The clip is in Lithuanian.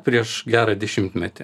prieš gerą dešimtmetį